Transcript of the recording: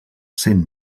sent